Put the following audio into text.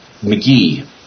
McGee